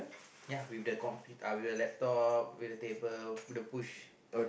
ya with the compete uh with the laptop with the table the push